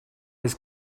his